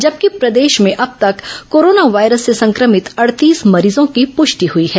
जबकि प्रदेश में अब तक कोरोना वायरस से संक्रमित अडतीस मरीजों की पृष्टि हई है